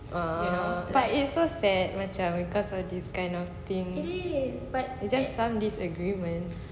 uh like it's so sad macam because of all this kind of things it's just some disagreements